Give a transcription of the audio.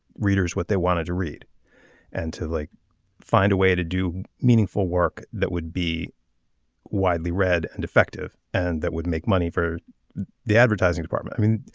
readers what they wanted to read and to like find a way to do meaningful work that would be widely read and effective and that would make money for the advertising department i mean.